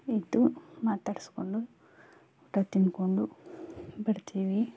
ಇದ್ದು ಮಾತಾಡಿಸ್ಕೊಂಡು ಊಟ ತಿನ್ಕೊಂಡು ಬರ್ತೀವಿ